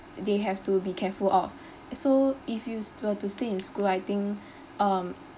they have to be careful of uh so if you s~ were to stay in school I think um